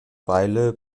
beile